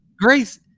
Grace